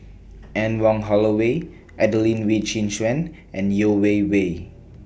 Anne Wong Holloway Adelene Wee Chin Suan and Yeo Wei Wei